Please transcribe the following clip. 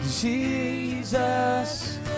Jesus